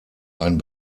ein